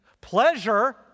pleasure